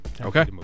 Okay